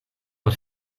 por